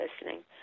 listening